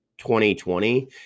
2020